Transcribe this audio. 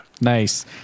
nice